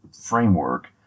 framework